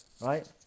right